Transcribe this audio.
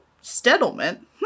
settlement